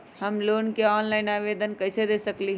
हम लोन के ऑनलाइन आवेदन कईसे दे सकलई ह?